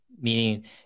meaning